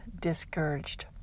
discouraged